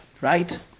right